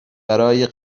برای